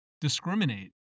discriminate